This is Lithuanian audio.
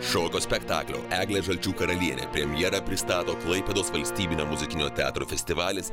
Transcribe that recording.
šokio spektaklio eglė žalčių karalienė premjerą pristato klaipėdos valstybinio muzikinio teatro festivalis